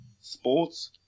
Sports